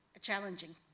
challenging